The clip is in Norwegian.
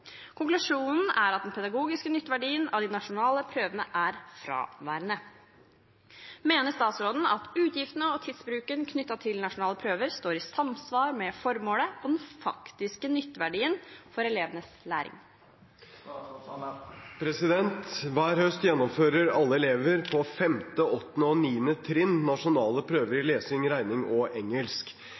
Konklusjonen er at den pedagogiske nytteverdien av de nasjonale prøvene er fraværende. Mener statsråden at utgiftene og tidsbruken knyttet til nasjonale prøver står i samsvar med formålet og den faktiske nytteverdien for elevenes læring?» Hver høst gjennomfører alle elever på 5., 8. og 9. trinn nasjonale prøver i lesing, regning og engelsk.